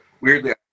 weirdly